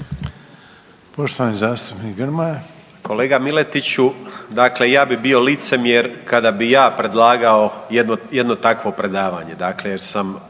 Poštovani zastupnik Grmoja.